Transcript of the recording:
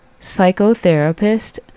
psychotherapist